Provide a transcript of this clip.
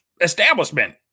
establishment